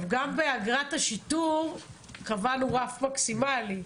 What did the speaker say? גם באגרת השיטור קבענו רף מקסימלי.